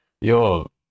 Yo